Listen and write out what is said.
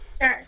Sure